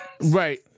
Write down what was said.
Right